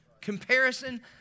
Comparison